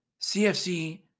CFC